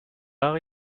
are